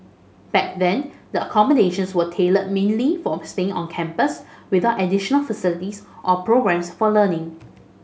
back then the accommodations were tailored mainly for staying on campus without additional facilities or programmes for learning